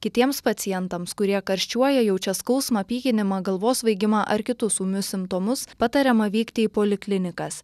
kitiems pacientams kurie karščiuoja jaučia skausmą pykinimą galvos svaigimą ar kitus ūmius simptomus patariama vykti į poliklinikas